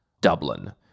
Dublin